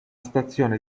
stazione